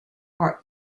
are